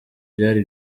byari